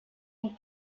une